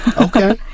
Okay